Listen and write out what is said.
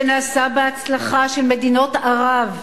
שנעשה בהצלחה, של מדינות ערב,